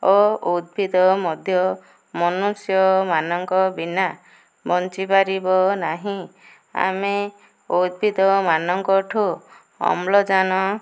ଓ ଉଦ୍ଭିଦ ମଧ୍ୟ ମନୁଷ୍ୟମାନଙ୍କ ବିନା ବଞ୍ଚିପାରିବ ନାହିଁ ଆମେ ଉଦ୍ଭିଦ ମାନଙ୍କଠୁ ଅମ୍ଳଜାନ